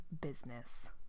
business